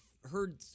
heard